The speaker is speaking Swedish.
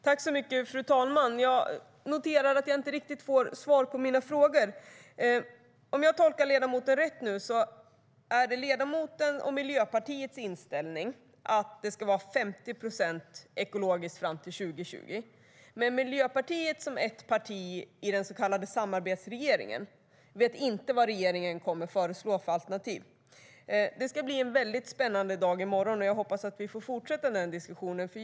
Fru talman! Jag noterar att jag inte riktigt får svar på mina frågor. Om jag tolkar ledamoten rätt är det ledamotens och Miljöpartiets inställning att målet ska vara 50 procents konsumtion av ekologisk mat 2020. Men Miljöpartiet, som ett parti i den så kallade samarbetsregeringen, vet inte vad regeringen kommer att föreslå för alternativ. Det ska bli en spännande dag i morgon, och jag hoppas att vi får fortsätta diskussionen.